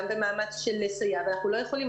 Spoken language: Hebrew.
גם במאמץ של לסייע אבל אנחנו לא יכולים,